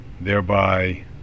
thereby